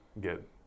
get